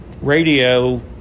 radio